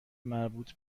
مربوط